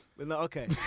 okay